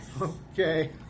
Okay